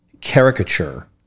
Caricature